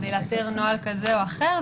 כדי לאתר נוהל כזה או אחר,